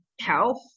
health